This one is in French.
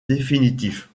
définitif